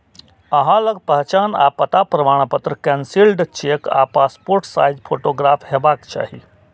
अहां लग पहचान आ पता प्रमाणपत्र, कैंसिल्ड चेक आ पासपोर्ट साइज फोटोग्राफ हेबाक चाही